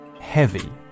heavy